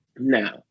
now